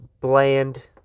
bland